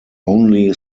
only